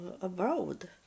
abroad